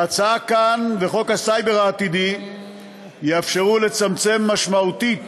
ההצעה כאן וחוק הסייבר העתידי יאפשרו לצמצם משמעותית